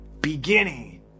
beginning